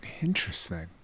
Interesting